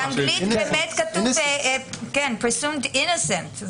באנגלית באמת כתוב פרסיומד אינוסנט.